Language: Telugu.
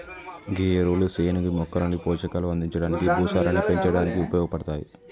గీ ఎరువులు సేనుకి మొక్కలకి పోషకాలు అందించడానికి, భూసారాన్ని పెంచడానికి ఉపయోగపడతాయి